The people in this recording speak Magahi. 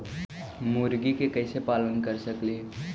मुर्गि के कैसे पालन कर सकेली?